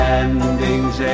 endings